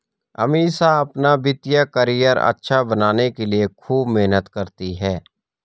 अमीषा अपना वित्तीय करियर अच्छा बनाने के लिए खूब मेहनत करती है